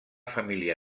família